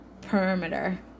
perimeter